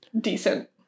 decent